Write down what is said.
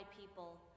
people